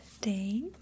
day